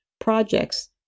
projects